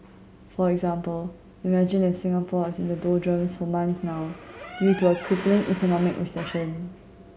for example imagine if Singapore is in the doldrums for months now due to a crippling economic recession